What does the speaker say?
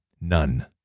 none